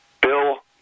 Bill